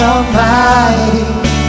Almighty